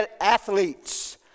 Athletes